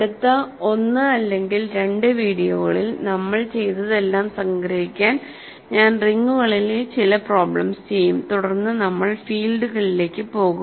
അടുത്ത 1 അല്ലെങ്കിൽ 2 വീഡിയോകളിൽ നമ്മൾ ചെയ്തതെല്ലാം സംഗ്രഹിക്കാൻ ഞാൻ റിങ്ങുകളിലെ ചില പ്രോബ്ലെംസ് ചെയ്യും തുടർന്ന് നമ്മൾ ഫീൽഡുകളിലേക്ക് പോകും